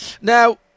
Now